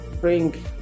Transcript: bring